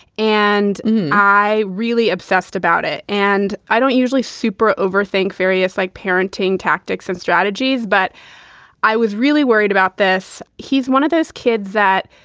and i really obsessed about it. and i don't usually super overthink various like parenting tactics and strategies. but i was really worried about this. he's one of those kids that,